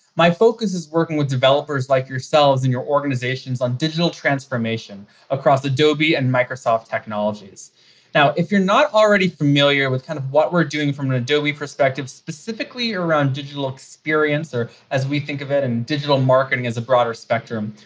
my focus is working with developers like yourselves in your organizations on digital transformation across adobe and microsoft technologies now, if you're not already familiar with kind of what we're doing from an adobe perspective, specifically, around digital experience or as we think of it in digital marketing as a broader spectrum.